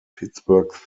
pittsburgh